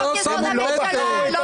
הוא לא בוחר את העומד בראשה.